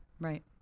Right